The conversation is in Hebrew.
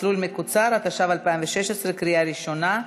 (מסלול מקוצר), התשע"ו 2016, בקריאה ראשונה.